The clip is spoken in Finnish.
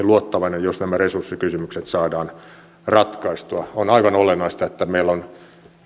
luottavainen jos nämä resurssikysymykset saadaan ratkaistua on aivan olennaista että meillä on